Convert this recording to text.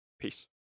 Peace